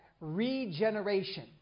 regeneration